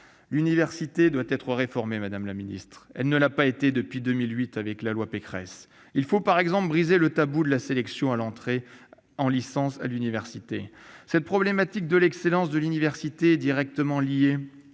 L'université doit être réformée, madame la ministre. Elle ne l'a pas été depuis la loi Pécresse de 2008. Il faut, par exemple, briser le tabou de la sélection pour l'entrée en licence. Cette problématique de l'excellence de l'université est directement liée